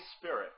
Spirit